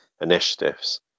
initiatives